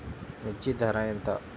మిర్చి ధర ఎంత?